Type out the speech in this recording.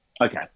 Okay